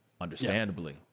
understandably